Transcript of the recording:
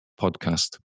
podcast